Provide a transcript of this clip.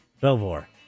Belvoir